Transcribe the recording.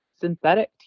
synthetic